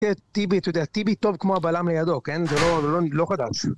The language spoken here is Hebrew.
טיבי, אתה יודע, טיבי טוב כמו הבלם לידו, כן? זה לא, לא חדש